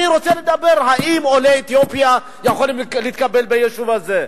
אני רוצה לשאול: האם עולי אתיופיה יכולים להתקבל ליישוב הזה?